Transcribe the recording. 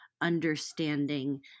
understanding